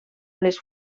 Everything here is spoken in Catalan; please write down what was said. les